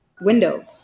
window